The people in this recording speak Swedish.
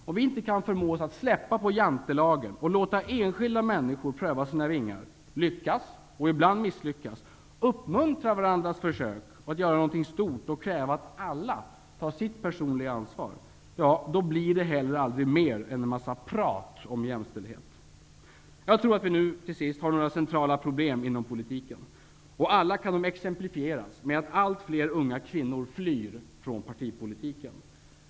Om vi inte kan förmå oss att släppa på jantelagen och låta enskilda människor pröva sina vingar, lyckas och ibland misslyckas, uppmuntra varandras försök att göra något stort och kräva att alla tar sitt personliga ansvar, då blir det aldrig mer än en massa prat om jämställdhet. Jag tror att vi har några centrala problem inom politiken. Alla kan de exemplifieras med att allt fler unga kvinnor flyr från partipolitiken.